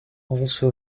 also